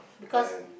because